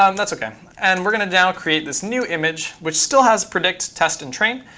um that's ok. and we're going to now create this new image which still has predict, test, and train.